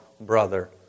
brother